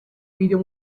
video